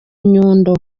nyundo